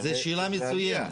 זו שאלה מצוינת.